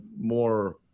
more